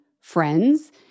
friends